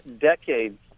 decades